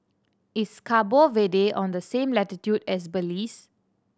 is Cabo Verde on the same latitude as Belize